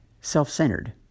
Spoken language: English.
self-centered